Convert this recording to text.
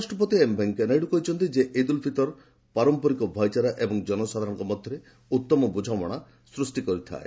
ଉପରାଷ୍ଟ୍ରପତି ଏମ୍ ଭେଙ୍କୟା ନାଇଡୁ କହିଛନ୍ତି ଯେ ଇଦ୍ ଉଲ୍ ଫିତର ପାରମ୍ପରିକ ଭାଇଚାରା ଏବଂ ଜନସାଧାରଣଙ୍କ ମଧ୍ୟରେ ଉତ୍ତମ ବୁଝାମଣା ସୃଷ୍ଟି କରିଥାଏ